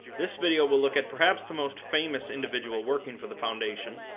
this video will look at perhaps the most famous individual working for the foundation,